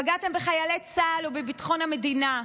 פגעתם בחיילי צה"ל ובביטחון המדינה,